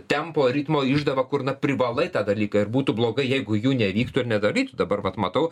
tempo ritmo išdava kur na privalai tą dalyką ir būtų blogai jeigu jų nevyktų ir nedarytų dabar vat matau